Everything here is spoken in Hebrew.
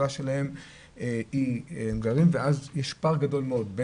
הסוציו-אקונומי של היישוב שלהם או הסביבה שלהם הוא בפער מאוד גדול ממצבם.